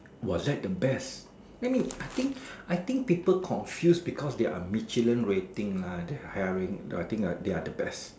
was that the best let me I think I think people confuse because they are Michelin ratings lah they are hiring think they are the best